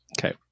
Okay